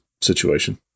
situation